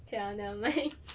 okay lah never mind